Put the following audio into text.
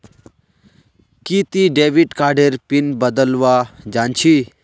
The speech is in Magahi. कि ती डेविड कार्डेर पिन बदलवा जानछी